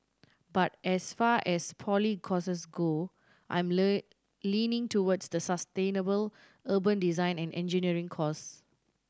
but as far as poly courses go I'm leaning towards the sustainable urban design and engineering course